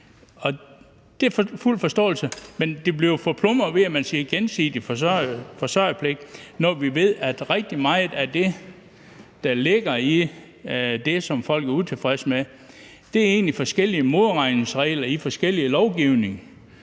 Det har vi fuld forståelse for, men det bliver forplumret, ved at man bruger ordene gensidig forsørgerpligt, når vi ved, at rigtig meget af det, som folk er utilfredse med, egentlig er de forskellige modregningsregler i forskellig lovgivning.